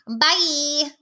bye